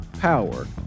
power